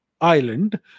island